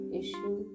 issue